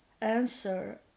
answer